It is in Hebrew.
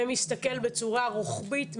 ומסתכל בצורה רוחבית,